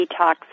detox